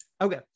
okay